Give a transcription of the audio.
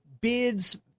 bids